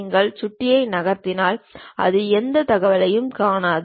நீங்கள் சுட்டியை நகர்த்தினால் அது எந்த தகவலையும் காணாது